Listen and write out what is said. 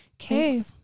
Okay